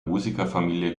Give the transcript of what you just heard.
musikerfamilie